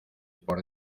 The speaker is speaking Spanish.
por